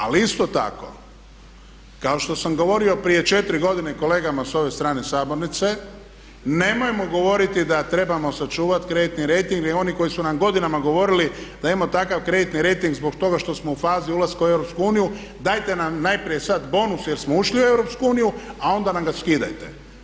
Ali isto tako kao što sam govorio prije 4 godine kolegama s ove strane sabornice nemojmo govoriti da trebamo sačuvati kreditni rejting ili oni koji su nam godinama govorili da imamo takav kreditni rejting zbog toga što smo u fazi ulaska u EU, dajete nam najprije sada bonus jer smo ušli u EU a onda nam ga skidajte.